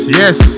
yes